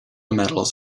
medals